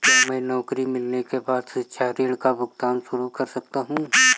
क्या मैं नौकरी मिलने के बाद शिक्षा ऋण का भुगतान शुरू कर सकता हूँ?